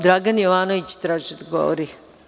Dragan Jovanović traži da govori.